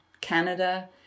Canada